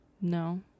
No